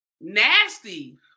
nasty